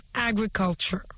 agriculture